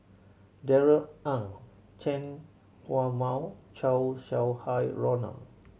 Darrell Ang Chen Mao Chow Sau Hai Roland